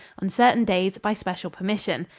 on certain days by special permission.